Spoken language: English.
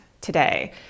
today